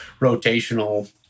rotational